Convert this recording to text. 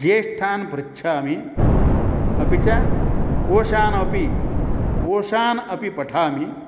ज्येष्ठान् पृच्छामि अपि च कोशान् अपि कोशान् अपि पठामि